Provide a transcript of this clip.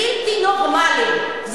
בלתי נורמליים.